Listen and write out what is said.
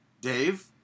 Dave